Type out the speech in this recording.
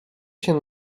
się